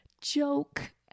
Joke